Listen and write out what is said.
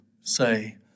say